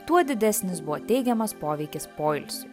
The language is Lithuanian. tuo didesnis buvo teigiamas poveikis poilsiui